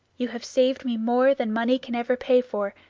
you have saved me more than money can ever pay for.